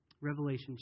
Revelation